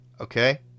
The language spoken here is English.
Okay